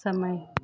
समय